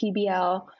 PBL